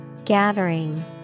Gathering